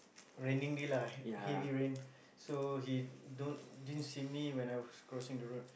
raining day lah heavy rain so he don't didn't see me when I was crossing the road